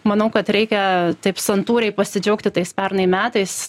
manau kad reikia taip santūriai pasidžiaugti tais pernai metais